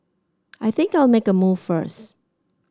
I think I'll make a move first